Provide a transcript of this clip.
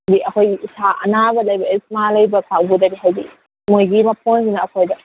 ꯍꯥꯏꯗꯤ ꯑꯩꯈꯣꯏ ꯏꯁꯥ ꯑꯅꯥꯕ ꯂꯩꯕ ꯑꯖꯃꯥ ꯂꯩꯕ ꯀꯥꯡꯒꯨꯗꯗꯤ ꯍꯥꯏꯗꯤ ꯃꯣꯏꯒꯤ ꯃꯐꯣꯟꯗꯨꯅ ꯑꯩꯈꯣꯏꯗ